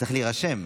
צריך להירשם.